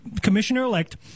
Commissioner-elect